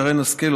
שרן השכל,